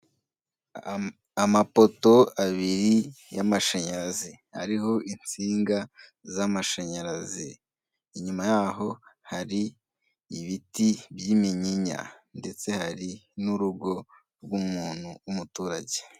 Amapoto abiri y'amashanyarazi ariho insinga z'amashanyarazi; inyuma yaho hari ibiti by'iminyinya ndetse hari n'urugo rw'umuntu w'umuturage.